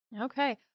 Okay